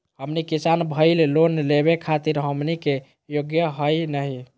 हमनी किसान भईल, लोन लेवे खातीर हमनी के योग्य हई नहीं?